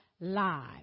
live